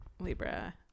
Libra